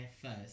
first